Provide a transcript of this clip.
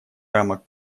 рамок